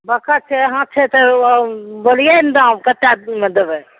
बतख छै हंस छै तऽ ओ बोलियै ने दाम कतेमे देबै